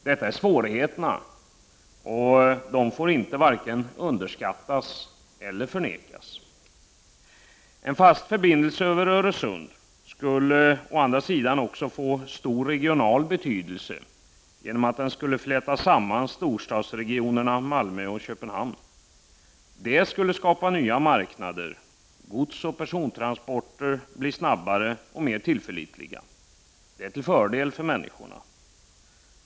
Detta är svårigheterna, och de får varken underskattas eller förnekas. En fast förbindelse över Öresund skulle å andra sidan få stor regional betydelse genom att den skulle fläta samman storstadsregionerna Malmö och Köpenhamn. Det skulle skapa nya marknader, och godsoch persontransporter skulle bli snabbare och mer tillförlitliga. Detta vore till fördel för människorna.